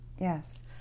Yes